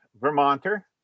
Vermonter